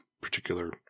particular